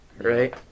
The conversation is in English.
right